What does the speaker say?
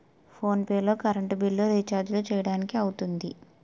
phone pay లో current బిల్లులు, రిచార్జీలు చేయడానికి అవుతుంది